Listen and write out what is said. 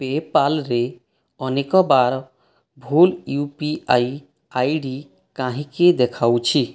ପେ'ପାଲ୍ରେ ଅନେକ ବାର ଭୁଲ U P I I D କାହିଁକି ଦେଖାଉଛି